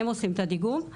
הם עושים את הדיגום,